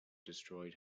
destroyed